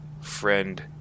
friend